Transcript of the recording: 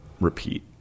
repeat